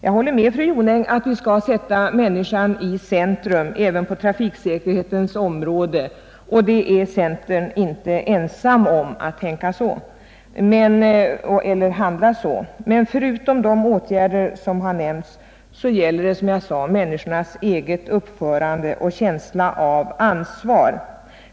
Jag håller med fru Jonäng om att vi skall sätta människan i centrum även på trafiksäkerhetens område. Den uppfattningen är centern inte ensam om, men förutom de åtgärder som nämnts gäller det, som jag sade, människornas eget uppförande och känsla av ansvar.